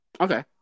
okay